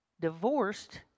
divorced